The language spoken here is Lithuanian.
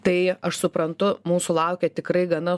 tai aš suprantu mūsų laukia tikrai gana